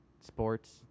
sports